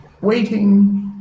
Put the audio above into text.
waiting